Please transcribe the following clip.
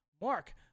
Mark